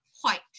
white